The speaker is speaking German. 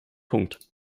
punkt